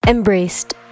Embraced